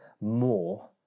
more